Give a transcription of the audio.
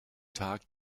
tag